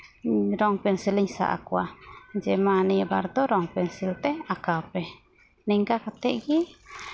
ᱨᱚᱝ ᱯᱮᱱᱥᱤᱞᱤᱧ ᱥᱟᱵ ᱟᱠᱚᱣᱟ ᱡᱮ ᱢᱟ ᱱᱤᱭᱟᱹ ᱜᱟᱨ ᱫᱚ ᱨᱚᱝ ᱯᱮᱱᱥᱤᱞ ᱛᱮ ᱟᱸᱠᱟᱣ ᱯᱮ ᱱᱤᱝᱠᱟ ᱠᱟᱛᱮᱫ ᱜᱮ